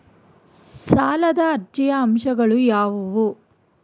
ಸಾಲದ ಅರ್ಜಿಯ ಅಂಶಗಳು ಯಾವುವು?